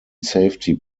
safety